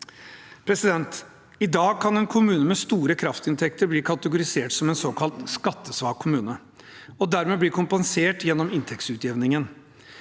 I dag kan en kommune med store kraftinntekter bli kategorisert som en såkalt skattesvak kommune og dermed bli kompensert gjennom inntektsutjevningen.